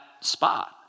spot